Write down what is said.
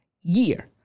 year